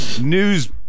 news